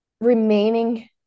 remaining